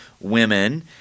women